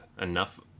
enough